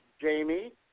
Jamie